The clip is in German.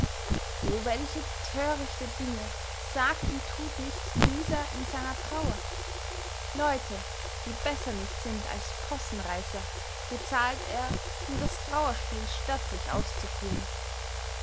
welche thörichte dinge sagt und thut nicht dieser in seiner trauer leute die besser nicht sind als possenreisser bezahlt er um das trauerspiel stattlich auszuführen